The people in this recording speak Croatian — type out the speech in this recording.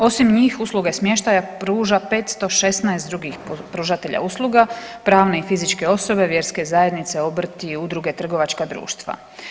Osim njih usluge smještaja pruža 516 drugih pružatelja usluga, pravne i fizičke osobe, vjerske zajednice, obrti, udruge, trgovačka društva.